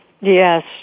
Yes